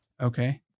Okay